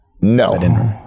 No